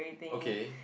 okay